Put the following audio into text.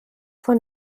von